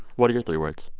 what are your three words?